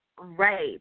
right